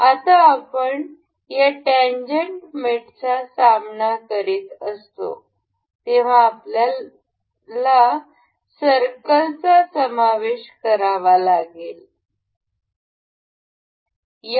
जेव्हा आपण या टॅन्जेन्ट मेटचा सामना करीत असतो तेव्हा आपल्यास सर्कलचा समावेश करावा लागतो